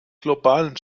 globalen